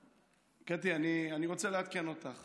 קטי, אני רוצה לעדכן אותך